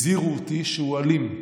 הזהירו אותי שהוא אלים.